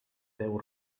deu